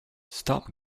stop